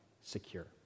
secure